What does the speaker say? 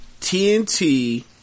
TNT